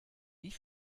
wie